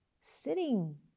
sitting